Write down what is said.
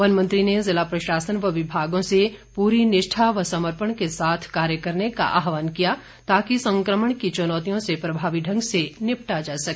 one मंत्री ने जिला प्रशासन व विभागों से पूरी निष्ठा व समर्पण के साथ कार्य करने का आहवान किया ताकि संक्रमण की चुनौतियों से प्रभावी ढंग से निपटा जा सके